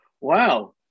Wow